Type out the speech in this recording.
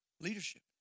leadership